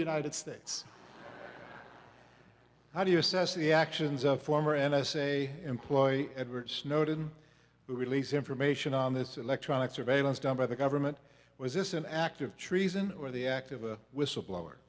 the united states how do you assess the actions of former n s a employee edward snowden who released information on this electronic surveillance done by the government was this an act of treason or the act of a whistleblower